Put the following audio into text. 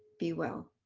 be well.